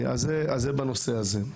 זה בנושא הזה.